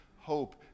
hope